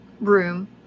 room